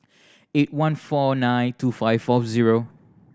eight one four nine two five four zero